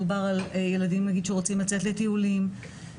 על ילדים שרוצים נגיד לצאת לטיולים.